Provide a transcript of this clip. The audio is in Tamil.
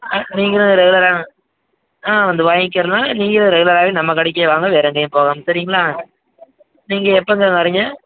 நீங்கள் ரெகுலராக ஆ வந்து வாங்கிக்கிடலாம் நீங்களும் ரெகுலராகவே நம்ம கடைக்கே வாங்க வேறு எங்கேயும் போகாமல் சரிங்களா நீங்கள் எப்போங்க வரீங்க